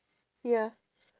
ya